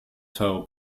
teure